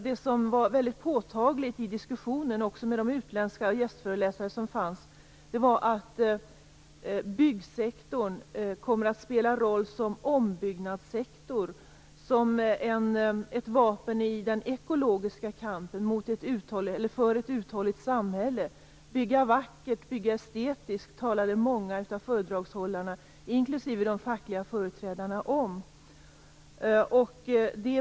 Det som var väldigt påtagligt i diskussionen med de utländska gästföreläsarna var att byggsektorn kommer att spela roll på ombyggnadssektorn som ett vapen i den ekologiska kampen för att uthålligt samhälle. Att bygga vackert och estetiskt talade många av föredragshållarna inklusive de fackliga företrädarna om.